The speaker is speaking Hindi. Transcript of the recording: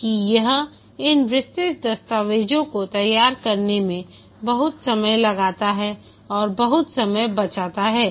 कि यह इन विस्तृत दस्तावेजों को तैयार करने में बहुत समय लगाता है और बहुत समय बचाता है